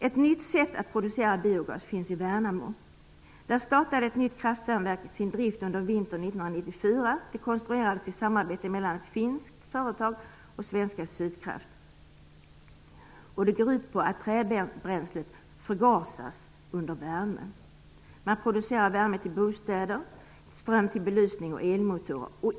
Ett nytt sätt att producera biogas används i Värnamo. Där startade ett nytt kraftvärmeverk sin drift under vintern 1994. Det konstruerades i samarbete mellan ett finskt företag och svenska Sydkraft. I Man producerar värme till bostäder, ström till belysning och elmotorer.